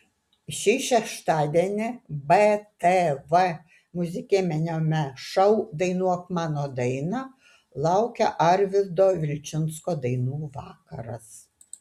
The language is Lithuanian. šį šeštadienį btv muzikiniame šou dainuok mano dainą laukia arvydo vilčinsko dainų vakaras